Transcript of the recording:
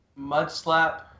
Mudslap